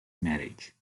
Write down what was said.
marriage